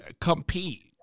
compete